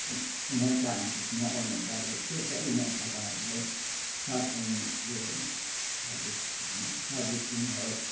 कुनै टाइम मगाउनु परे त्यसरी नै तपाईँहरूले स के हो सर्भिस है सर्भिस दिनुहोस्